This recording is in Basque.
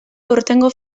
aurtengo